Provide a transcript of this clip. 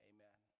Amen